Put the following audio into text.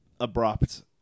abrupt